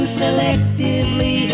selectively